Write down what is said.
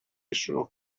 issue